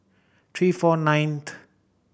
three four ninth